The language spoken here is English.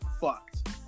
fucked